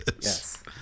Yes